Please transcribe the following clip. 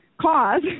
cause